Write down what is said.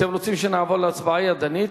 אתם רוצים שנעבור להצבעה ידנית,